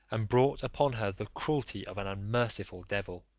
and brought upon her the cruelty of an unmerciful devil.